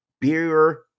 Beer